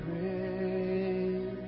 grace